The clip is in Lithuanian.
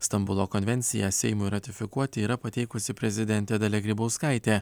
stambulo konvenciją seimui ratifikuoti yra pateikusi prezidentė dalia grybauskaitė